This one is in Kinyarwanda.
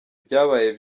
ibyabaye